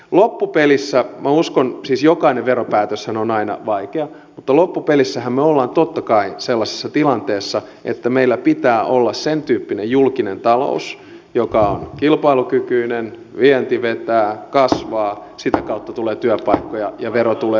loppupelissä siis jokainen veropäätöshän on aina vaikea minä uskon että me olemme totta kai sellaisessa tilanteessa että meillä pitää olla sentyyppinen julkinen talous joka on kilpailukykyinen vienti vetää kasvaa sitä kautta tulee työpaikkoja ja verotuloja